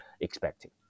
expecting